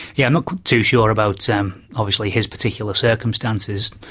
yeah not too sure about so um obviously his particular circumstances.